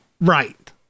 right